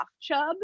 chub